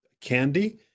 candy